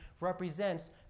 represents